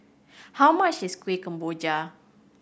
how much is Kueh Kemboja